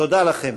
תודה לכם.